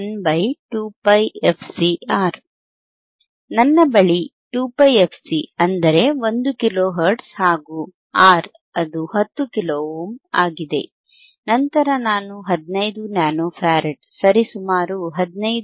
ನನ್ನ ಬಳಿ 2 πfc ಅಂದರೆ 1 ಕಿಲೋ ಹರ್ಟ್ಜ್ ಹಾಗು R ಅದು 10 ಕಿಲೋ ಓಮ್ ಆಗಿದೆ ನಂತರ ನಾನು 15 ನ್ಯಾನೊ ಫ್ಯಾರಡ್ ಸರಿಸುಮಾರು 15